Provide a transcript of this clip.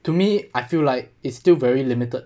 to me I feel like it's still very limited